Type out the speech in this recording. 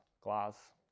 glass